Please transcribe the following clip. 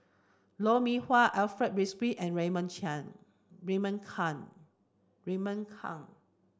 Lou Mee Wah Alfred Frisby and Raymond Raymond Kang Raymond Kang